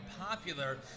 popular